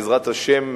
בעזרת השם,